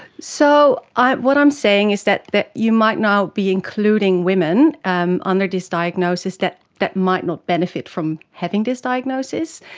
so ah what i'm saying is that that you might now be including women under this diagnosis that that might not benefit from having this diagnosis,